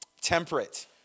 Temperate